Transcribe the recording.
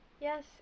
yes